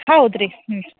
ಹೌದು ರೀ ಹ್ಞೂ